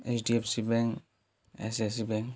H D F C bank I C I C I bank